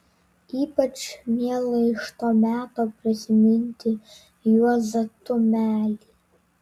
ypač miela iš to meto prisiminti juozą tumelį